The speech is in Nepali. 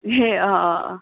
ए अँ अँ अँ